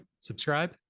subscribe